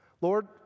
Lord